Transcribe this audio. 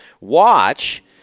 watch